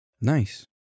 Nice